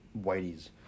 whiteies